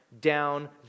down